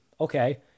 Okay